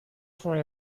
for